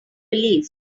police